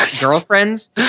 girlfriends